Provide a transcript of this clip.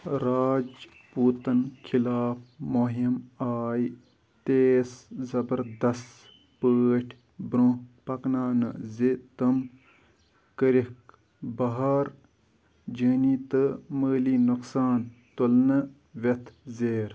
راجپوٗتَن خِلاف موٚہِم آے تیس زَبردس پٲٹھۍ برٛونٛہہ پكناونہٕ زِ تِم كٔرِكھ بَہار جٲنی تہٕ مٲلی نۄقصان تُلنہٕ وٮ۪تھ زیر